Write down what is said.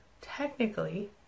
technically